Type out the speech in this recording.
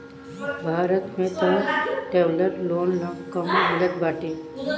भारत में तअ traveller loan कम मिलत बाटे